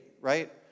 right